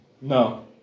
No